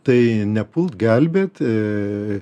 tai nepult gelbėt